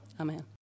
Amen